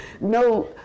No